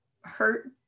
hurt